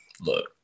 look